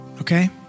okay